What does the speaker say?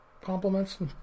compliments